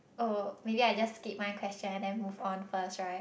oh maybe I just keep my question and move on first right